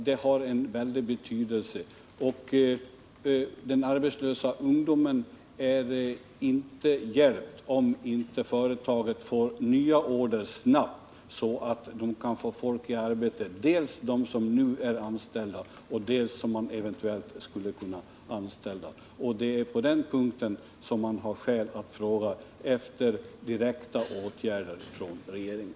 Den arbetslösa ungdomen är inte hjälpt om inte företaget snabbt får nya order, så att det kan sätta folk i arbete, dels de som nu är anställda, dels de som eventuellt skulle kunna anställas. Det är på den punkten som man har skäl att efterfråga direkta åtgärder från regeringen.